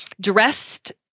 dressed